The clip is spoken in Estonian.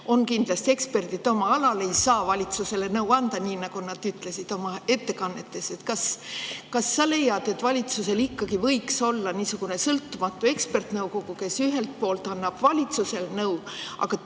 on kindlasti eksperdid oma alal, ei saa valitsusele nõu anda, nii nagu nad ütlesid oma ettekandes. Kas sa leiad, et valitsusel ikkagi võiks olla sõltumatu ekspertnõukogu, kes ühel poolt annab valitsusele nõu, aga